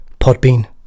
Podbean